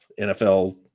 NFL